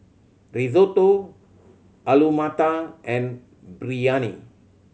Risotto Alu Matar and Biryani